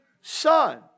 son